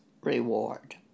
reward